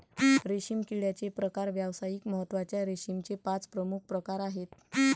रेशीम किड्याचे प्रकार व्यावसायिक महत्त्वाच्या रेशीमचे पाच प्रमुख प्रकार आहेत